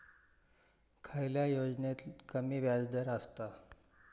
खयल्या योजनेत कमी व्याजदर असता?